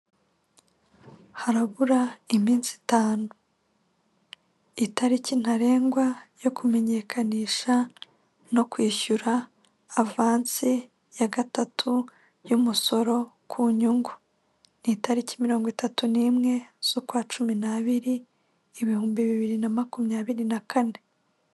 Harabura iminsi itanu. Itariki ntarengwa yo kumenyekanisha no kwishyura avansi ya gatatu y'umusoro ku nyungu. Ni itariki mirongo itatu n'imwe z'ukwa cumi n'abiri, ibihumbi bibiri na makumyabiri na kane.